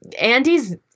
andy's